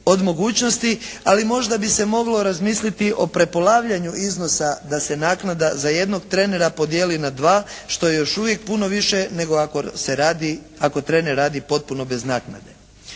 od mogućnosti ali možda bi se moglo razmisliti o prepolavljanju iznosa da se naknada za jednog trenera podijeli na dva, što je još uvijek puno više nego ako se radi, ako trener radi potpuno bez naknade.